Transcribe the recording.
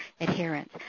adherence